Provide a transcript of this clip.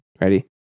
Ready